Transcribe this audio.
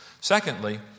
Secondly